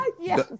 yes